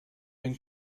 been